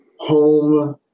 home